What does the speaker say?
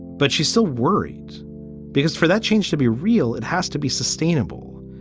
but she still worried because for that change to be real, it has to be sustainable.